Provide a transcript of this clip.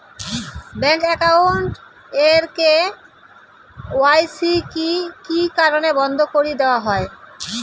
Bank account এর KYC কি কি কারণে বন্ধ করি দেওয়া হয়?